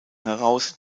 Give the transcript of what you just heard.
heraus